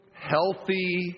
Healthy